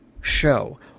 show